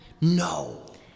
no